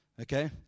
Okay